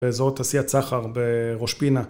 וזאת תעשיית סחר בראש פינה